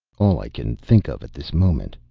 all i can think of at this moment.